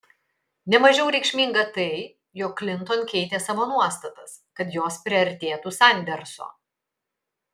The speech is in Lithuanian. ne mažiau reikšminga tai jog klinton keitė savo nuostatas kad jos priartėtų sanderso